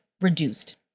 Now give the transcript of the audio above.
reduced